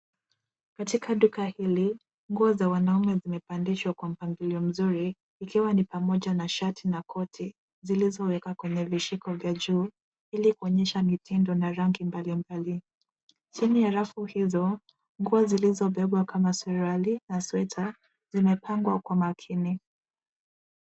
Katika duka hili, nguo za wanaume zimepandishwa kwa mpangilio mzuri ikiwa ni pamoja na shati na koti zilizowekwa kwenye vishiko vya juu ili kuonyesha mitindo na rangi mbalimbali. Chini ya rafu hizo, nguo zilizobebwa kama suruali na sweta zimepangwa kwa makini.